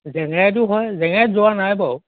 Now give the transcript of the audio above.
জেঙেৰাইটো হয় জেঙেৰাইত যোৱা নাই বাৰু